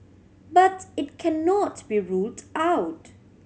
but it cannot be ruled out